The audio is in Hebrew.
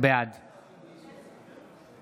בעד